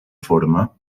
forma